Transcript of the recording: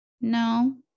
no